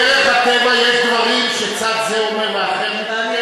בדרך הטבע יש דברים שצד זה אומר והאחר מתנגד.